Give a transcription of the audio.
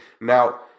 Now